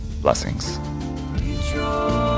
blessings